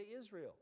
Israel